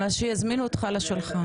על מנת שיזמינו אותך לשולחן.